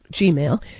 Gmail